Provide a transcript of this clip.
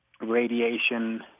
radiation